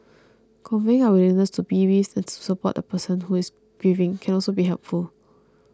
conveying our willingness to be with and to support the person who is grieving can also be helpful